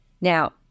Now